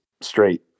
straight